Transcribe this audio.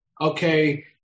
okay